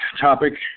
topic